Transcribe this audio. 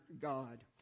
God